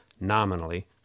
nominally